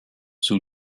sous